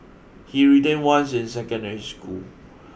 he retained once in secondary school